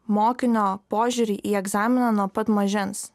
mokinio požiūrį į egzaminą nuo pat mažens